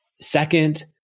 Second